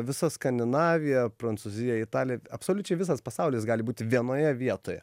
visa skandinavija prancūzija italija absoliučiai visas pasaulis gali būti vienoje vietoje